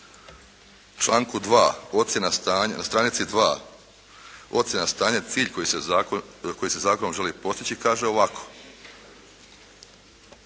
na stranici 2. ocjena stanja cilj koji se zakonom želi postići kaže ovako: